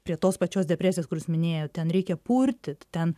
prie tos pačios depresijos kur jūs minėjot ten reikia purtyt ten